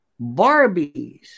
Barbies